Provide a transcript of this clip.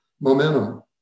momentum